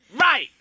Right